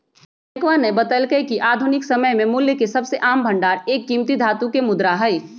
प्रियंकवा ने बतल्ल कय कि आधुनिक समय में मूल्य के सबसे आम भंडार एक कीमती धातु के मुद्रा हई